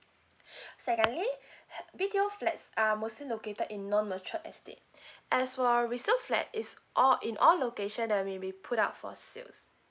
secondly B_T_O flats are mostly located in non mature estate as for resale flat is all in all location that maybe put up for sales